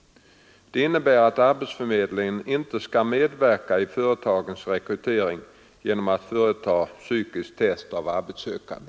Det innebär att arbetsförmedlingen inte skall medverka i företagens rekrytering genom att företa psykiskt test av arbetssökande.